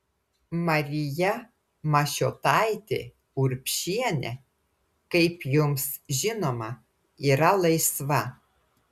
marija mašiotaitė urbšienė kaip jums žinoma yra laisva